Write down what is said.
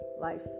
life